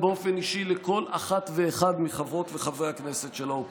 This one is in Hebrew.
גם באופן אישי לכל אחת ואחד מחברות וחברי הכנסת של האופוזיציה: